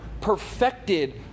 perfected